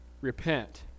Repent